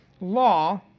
law